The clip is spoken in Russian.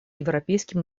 европейским